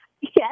Yes